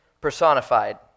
personified